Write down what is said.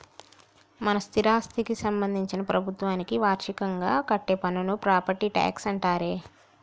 మన స్థిరాస్థికి సంబందించిన ప్రభుత్వానికి వార్షికంగా కట్టే పన్నును ప్రాపట్టి ట్యాక్స్ అంటారే